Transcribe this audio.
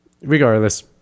regardless